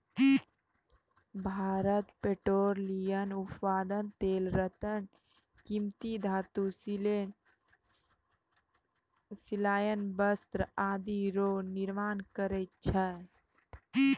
Bharat petroleum उत्पाद तेल रत्न कीमती धातु सिले सिलायल वस्त्र आदि रो निर्यात करै छै